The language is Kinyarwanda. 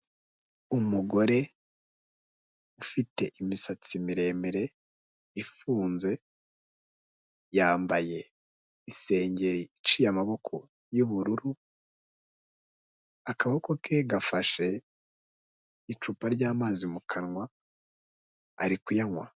Umugore ufite imisatsi miremire ifunze, yambaye isengeri iciye amaboko y'ubururu, akaboko ke gafashe icupa ry'amazi mu kanwa, ari kuyanywa.